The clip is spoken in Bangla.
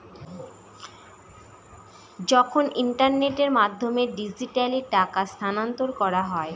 যখন ইন্টারনেটের মাধ্যমে ডিজিট্যালি টাকা স্থানান্তর করা হয়